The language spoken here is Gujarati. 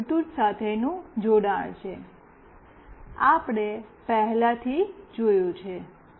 આ બ્લૂટૂથ સાથેનું જોડાણ છે આપણે પહેલાથી જોયું છે